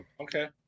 okay